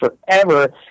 forever